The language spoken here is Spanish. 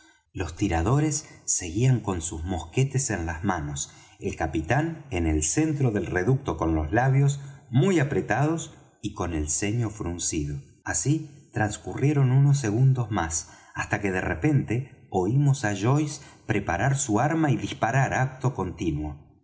los tiradores seguían con sus mosquetes en las manos el capitán en el centro del reducto con los labios muy apretados y con el ceño fruncido así trascurrieron unos segundos más hasta que de repente oímos á joyce preparar su arma y disparar acto continuo